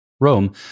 Rome